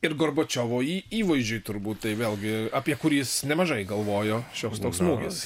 ir gorbačiovo įvaizdžiui turbūt tai vėlgi apie kurį jis nemažai galvojo šioks toks smūgis